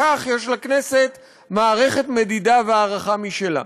לשם כך יש לכנסת מערכת מדידה והערכה משלה.